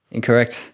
Incorrect